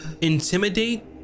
intimidate